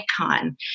icon